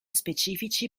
specifici